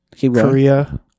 Korea